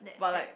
but like